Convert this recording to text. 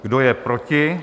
Kdo je proti?